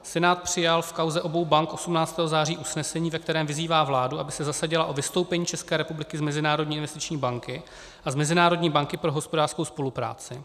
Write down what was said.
Senát přijal v kauze obou bank 18. září usnesení, ve kterém vyzývá vládu, aby se zasadila o vystoupení České republiky z Mezinárodní investiční banky a z Mezinárodní banky pro hospodářskou spolupráci.